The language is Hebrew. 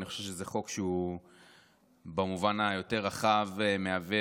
אני חושב שזה חוק שהוא במובן היותר-רחב מהווה